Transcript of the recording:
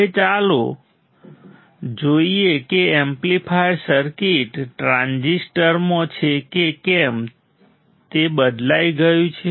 હવે ચાલો જોઈએ કે એમ્પ્લીફાયર સર્કિટ ટ્રાન્ઝિસ્ટરમાં છે કે કેમ તે બદલાઈ ગયું છે